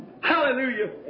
Hallelujah